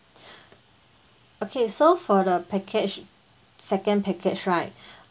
okay so for the package second package right